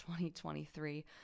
2023